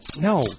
No